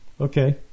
Okay